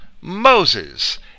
Moses